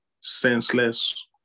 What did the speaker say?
senseless